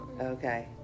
okay